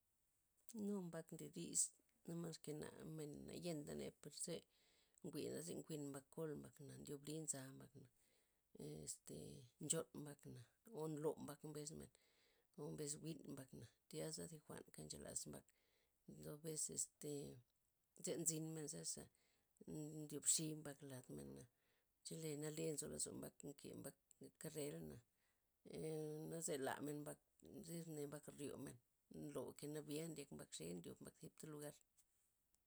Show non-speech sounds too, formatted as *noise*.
Nu mbak ndedis, na mas kena men na yentheney parze nwi mena za nwin kol mbak na ndobli nza mbak na, este nchon mbakna, o nlo' mbak mbes men, o mbez win mbakna tyaza thi jwa'n ncha las mbak, ndobes este che nzi men za'sa ndyopxi' mbak lad mena chele nale nzo lozo mbak nke mbak karelna' *hesitation* emm- naza lamen mbak zene mbak ryomen nloke nabil ndyak xe ndyob mbak zipta lugar.